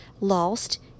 lost